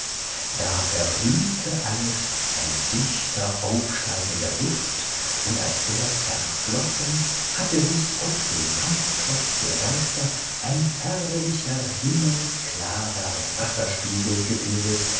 da verhüllte alles ein dichter aufsteigender duft und als der zerflossen hatte sich auf dem kampfplatz der geister ein herrlicher himmelsklarer wasserspiegel gebildet